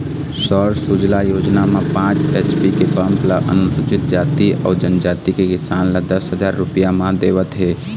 सौर सूजला योजना म पाँच एच.पी के पंप ल अनुसूचित जाति अउ जनजाति के किसान ल दस हजार रूपिया म देवत हे